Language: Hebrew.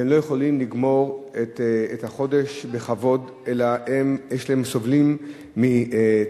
והם לא יכולים לגמור את החודש בכבוד אלא הם סובלים מתת-תזונה,